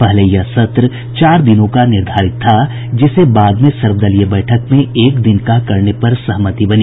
पहले यह सत्र चार दिनों का निर्धारित था जिसे बाद में सर्वदलीय बैठक में एक दिन का करने पर सहमति बनी